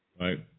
right